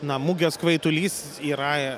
na mugės kvaitulys yra